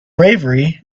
bravery